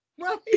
Right